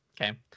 Okay